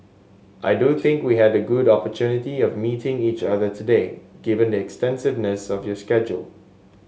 I do think we had the good opportunity of meeting each other today given the extensiveness of your schedule